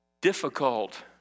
difficult